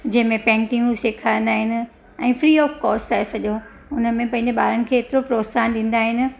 जंहिंमें पेंटिंगियूं सेखारींदा आहिनि ऐं फ्री ऑफ कॉस्ट आहे सॼो उनमें पंहिंजे ॿारनि खे एतिरो प्रोत्साहनु ॾींदा आहिनि